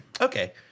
Okay